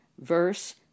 verse